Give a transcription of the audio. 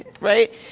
Right